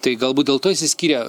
tai galbūt dėl to išsiskyrė